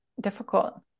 difficult